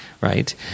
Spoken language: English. Right